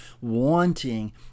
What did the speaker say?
wanting